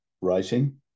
writing